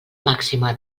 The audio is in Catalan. màxima